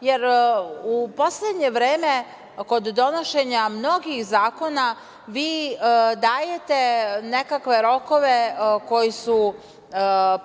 jer u poslednje vreme kod donošenja mnogih zakona vi dajete nekakve rokove koji su,